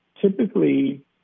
Typically